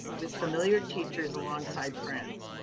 with familiar teachers, alongside friends.